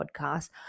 podcast